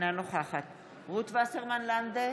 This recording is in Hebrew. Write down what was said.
אינה נוכחת רות וסרמן לנדה,